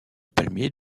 palmier